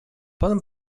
poden